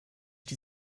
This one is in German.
die